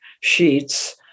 sheets